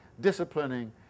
disciplining